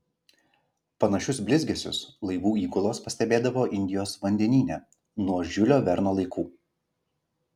panašius blizgesius laivų įgulos pastebėdavo indijos vandenyne nuo žiulio verno laikų